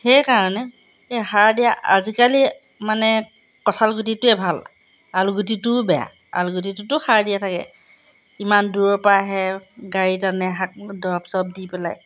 সেইকাৰণে এই সাৰ দিয়া আজিকালি মানে কঁঠাল গুটিটোৱে ভাল আলু গুটিটোও বেয়া আলু গুটিটোতো সাৰ দিয়া থাকে ইমান দূৰৰ পৰা আহে গাড়ীত আনে শাক দৰৱ চৰৱ দি পেলাই